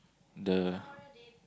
the